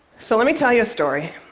so let me tell you a story.